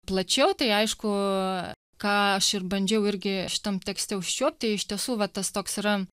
plačiau tai aišku ką aš ir bandžiau irgi šitam tekste užčiuopti iš tiesų va tas toks yra